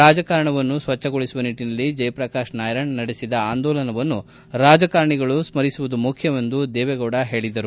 ರಾಜಕಾರಣವನ್ನು ಸ್ವಚ್ಛಗೊಳಿಸುವ ನಿಟ್ಟನಲ್ಲಿ ಜಯಪ್ರಕಾಶ್ ನಾರಾಯಣ್ ನಡೆಸಿದ ಆಂದೋಲನವನ್ನು ರಾಜಕಾರಣಿಗಳು ಸ್ಕರಿಸುವುದು ಮುಖ್ಯವೆಂದು ದೇವೇಗೌಡ ಹೇಳಿದರು